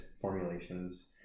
formulations